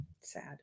Sad